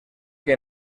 que